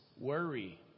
worry